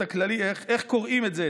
איך קוראים את זה,